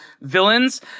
villains